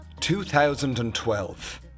2012